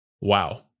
wow